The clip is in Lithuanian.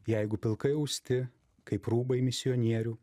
jeigu pilkai austi kaip rūbai misionierių